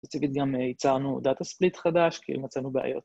ספציפית גם ייצרנו Data Split חדש כי מצאנו בעיות.